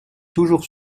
toujours